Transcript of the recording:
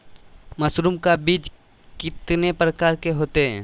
Mushroom का बीज कितने प्रकार के होते है?